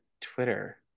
twitter